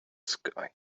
sky